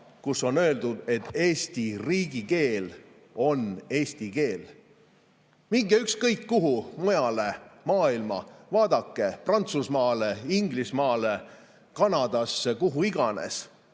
kus on öeldud, et Eesti riigikeel on eesti keel. Minge ükskõik kuhu mujale maailmas, vaadake Prantsusmaale, Inglismaale, Kanadasse – kuhu iganes.